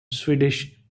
swedish